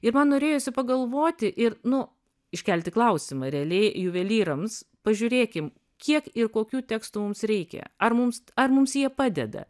ir man norėjosi pagalvoti ir nu iškelti klausimą realiai juvelyrams pažiūrėkim kiek ir kokių tekstų mums reikia ar mums ar mums jie padeda